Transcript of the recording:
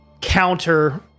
counter